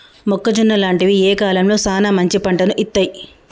మొక్కజొన్న లాంటివి ఏ కాలంలో సానా మంచి పంటను ఇత్తయ్?